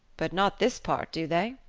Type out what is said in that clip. but not this part, do they?